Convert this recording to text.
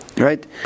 Right